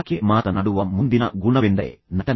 ಆಕೆ ಮಾತನಾಡುವ ಮುಂದಿನ ಗುಣವೆಂದರೆ ನಟನೆ